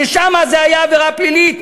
ששם זה היה עבירה פלילית.